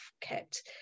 kept